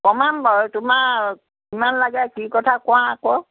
কমাম বাৰু তোমাৰ কিমান লাগে কি কথা কোৱা আকৌ